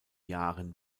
jahren